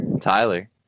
Tyler